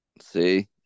see